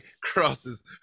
crosses